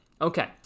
Okay